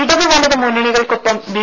ഇടത് വലത് മുന്നണിക്കൊപ്പം ബി